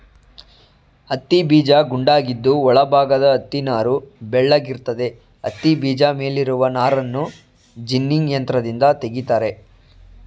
ಹತ್ತಿಬೀಜ ಗುಂಡಾಗಿದ್ದು ಒಳ ಭಾಗದ ಹತ್ತಿನಾರು ಬೆಳ್ಳಗಿರ್ತದೆ ಹತ್ತಿಬೀಜ ಮೇಲಿರುವ ನಾರನ್ನು ಜಿನ್ನಿಂಗ್ ಯಂತ್ರದಿಂದ ತೆಗಿತಾರೆ